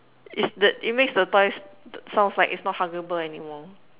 it's the it makes the toy s~ sounds like it's not huggable anymore